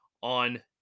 on